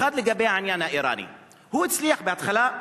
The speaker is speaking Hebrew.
במיוחד לגבי העניין האירני הוא הצליח בהתחלה,